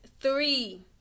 three